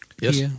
Yes